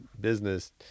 business